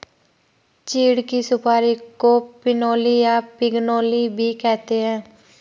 चीड़ की सुपारी को पिनोली या पिगनोली भी कहते हैं